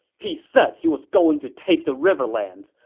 he said he was going to take the riverlands,